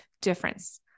difference